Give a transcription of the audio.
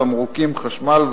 תמרוקים וחשמל,